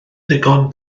ddigon